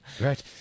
Right